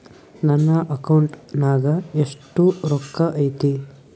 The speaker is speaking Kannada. ನನ್ನ ಅಕೌಂಟ್ ನಾಗ ಎಷ್ಟು ರೊಕ್ಕ ಐತಿ?